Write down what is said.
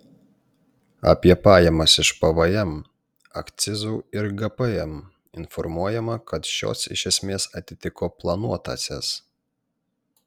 apie pajamas iš pvm akcizų ir gpm informuojama kad šios iš esmės atitiko planuotąsias